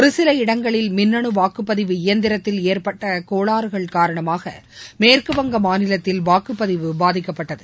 ஒருசில இடங்களில் மின்னனு வாக்குப்பதிவு இயந்திரத்தில் ஏற்பட்ட கோளாறுகள் காரணமாக மேற்குவங்க மாநிலத்தில் வாக்குப்பதிவு பாதிக்கப்பட்டது